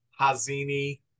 Hazini